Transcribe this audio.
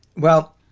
well,